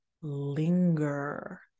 linger